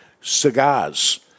cigars